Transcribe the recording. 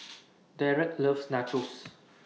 Dereck loves Nachos